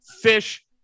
Fish